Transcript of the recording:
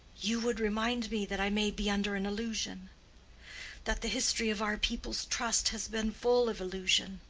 you would remind me that i may be under an illusion that the history of our people's trust has been full of illusion.